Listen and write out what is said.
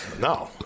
No